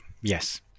yes